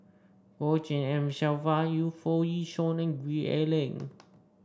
Goh Tshin En Sylvia Yu Foo Yee Shoon and Gwee Ah Leng